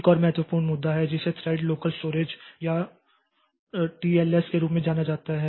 एक और महत्वपूर्ण मुद्दा है जिसे थ्रेड लोकल स्टोरेज या टीएलएस के रूप में जाना जाता है